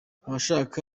abashaka